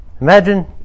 Imagine